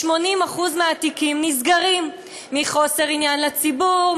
80% מהתיקים נסגרים מחוסר עניין לציבור,